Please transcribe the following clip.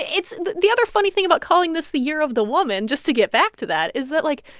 it's the the other funny thing about calling this the year of the woman just to get back to that is that, like,